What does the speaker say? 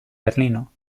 berlino